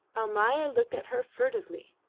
almayer looked at her furtively,